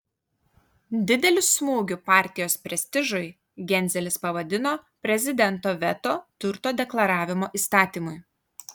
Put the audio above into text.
dideliu smūgiu partijos prestižui genzelis pavadino prezidento veto turto deklaravimo įstatymui